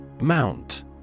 Mount